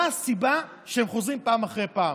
מה הסיבה שהם חוזרים פעם אחרי פעם?